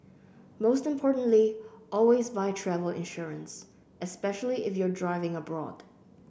most importantly always buy travel insurance especially if you're driving abroad